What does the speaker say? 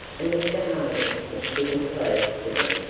and mr harding was sitting close to them,